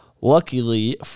Luckily